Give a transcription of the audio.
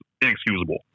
inexcusable